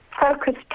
focused